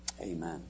Amen